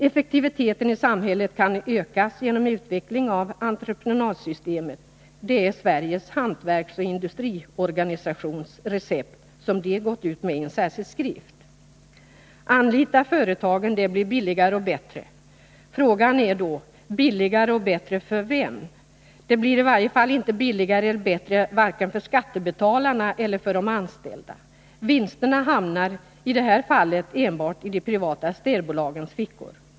Effektiviteten i samhället kan ökas genom utveckling av entreprenadsystemet — det är Sveriges hantverksoch industriorganisations recept, som man gått ut med i en särskild skrift. Anlita dessa företag — det blir billigare och bättre, säger man. Frågan är då: Billigare och bättre för vem? Det blir i varje fall inte billigare eller bättre för vare sig skattebetalarna eller de anställda. Vinsterna hamnar i de här fallen enbart i de privata städbolagens fickor.